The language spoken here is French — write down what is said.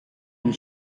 une